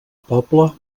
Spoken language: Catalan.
poble